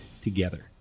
together